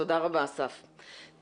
תודה לכם ובהצלחה, מיקי.